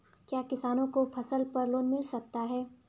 क्या किसानों को फसल पर लोन मिल सकता है?